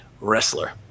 wrestler